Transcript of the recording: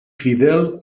fidel